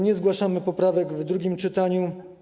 Nie zgłaszamy poprawek w drugim czytaniu.